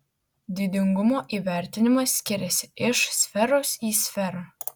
didingumo įvertinimas skiriasi iš sferos į sferą